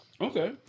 Okay